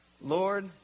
Lord